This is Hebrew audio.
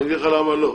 אני אגיד לך למה לא.